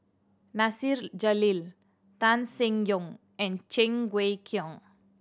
Nasir Jalil Tan Seng Yong and Cheng Wai Keung